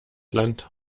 land